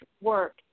work